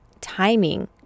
timing